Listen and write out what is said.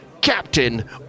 captain